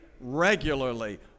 regularly